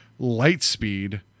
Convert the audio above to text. Lightspeed